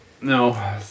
No